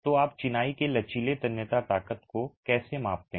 तो आप चिनाई के लचीले तन्यता ताकत को कैसे मापते हैं